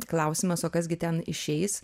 klausimas o kas gi ten išeis